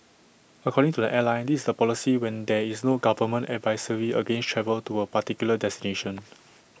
according to the airline this is the policy when there is no government advisory against travel to A particular destination